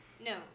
No